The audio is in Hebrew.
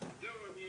יוצר עומס על